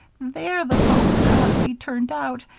they're the folks that ought to be turned out,